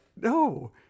no